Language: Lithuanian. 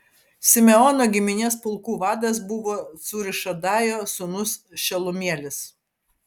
simeono giminės pulkų vadas buvo cūrišadajo sūnus šelumielis